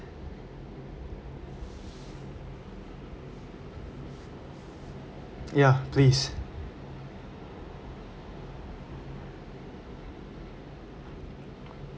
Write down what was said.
ya please